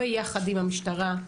ביחד עם המשטרה,